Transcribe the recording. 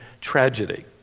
tragedy